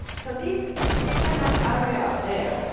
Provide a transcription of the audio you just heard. so this kind of area there,